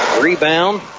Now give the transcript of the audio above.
Rebound